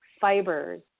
fibers